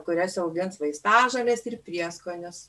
kuriose augins vaistažoles ir prieskonius